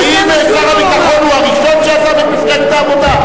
האם שר הביטחון הוא הראשון שעזב את מפלגת העבודה?